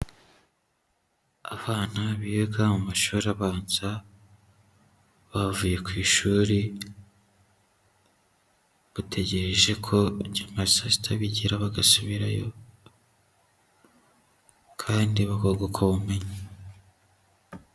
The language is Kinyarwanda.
Abana biga mu mashuri abanza bavuye ku ishuri, bategereje ko nyuma saa sita bigera bagasubirayo, kandi bakunguka ubumenyi.